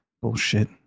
Bullshit